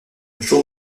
jour